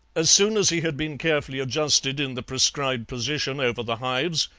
as soon as he had been carefully adjusted in the prescribed position over the hives,